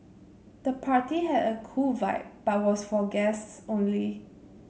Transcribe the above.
the party had a cool vibe but was for guests only